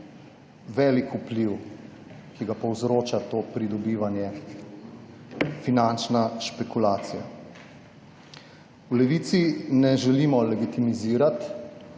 velik vpliv, ki ga povzroča to pridobivanje, ta finančna špekulacija. V Levici ne želimo legitimizirati